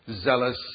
zealous